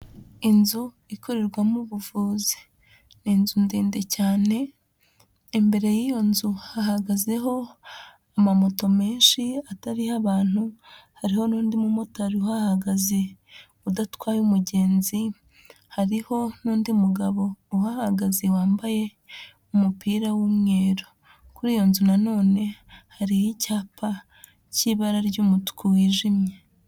Inzu ikorerwamo ubuvuzi, ni inzu ndende cyane, imbere y'iyo nzu hahagazeho amamoto menshi atariho abantu, hariho n'undi mumotari uhahagaze udatwaye umugenzi, hariho n'undi mugabo uhahagaze wambaye umupira w'umweru, kuri iyo nzu nanone hariho icyapa cy'ibara ry'umutuku wijimye.